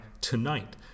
tonight